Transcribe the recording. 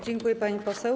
Dziękuję, pani poseł.